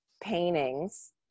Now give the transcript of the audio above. paintings